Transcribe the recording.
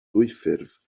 dwyffurf